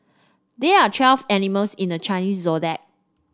there are twelve animals in the Chinese Zodiac